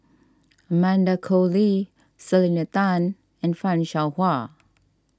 Amanda Koe Lee Selena Tan and Fan Shao Hua